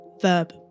verb